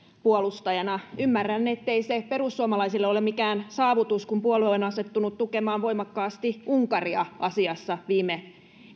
puolustajana ymmärrän ettei se perussuomalaisille ole mikään saavutus kun puolue on asettunut tukemaan voimakkaasti unkaria asiassa viime